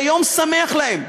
זה יום שמח להם,